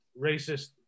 racist